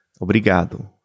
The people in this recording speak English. Obrigado